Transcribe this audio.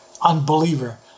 unbeliever